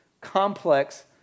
complex